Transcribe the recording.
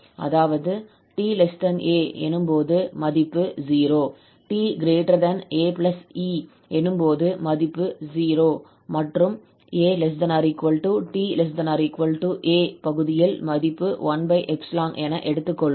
அதாவது 𝑡 𝑎 எனும்போது மதிப்பு 0 𝑡 𝑎 𝜖 எனும்போது மதிப்பு 0 மற்றும் 𝑎 ≤ 𝑡 ≤ 𝑎 பகுதியில் மதிப்பு 1 என எடுத்துக்கொள்வோம்